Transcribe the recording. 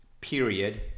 period